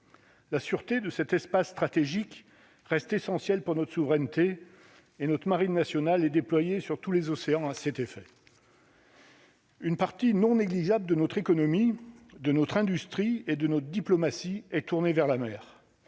La sûreté de cet espace stratégique reste essentiel pour notre souveraineté et notre Marine nationale déployé sur tous les océans à cet effet. Une partie non négligeable de notre économie, de notre industrie et de notre diplomatie est tournée vers la mer